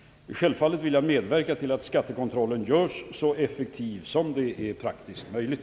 Självfallet vill jag medverka till att skattekontrollen görs så effektiv som det är praktiskt möjligt.